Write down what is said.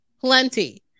Plenty